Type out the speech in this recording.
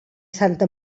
santa